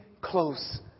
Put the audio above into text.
close